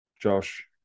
Josh